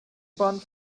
bahn